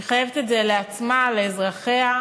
היא חייבת את זה לעצמה, לאזרחיה,